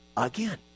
Again